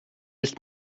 ist